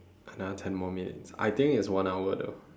another ten more minutes I think it's one hour though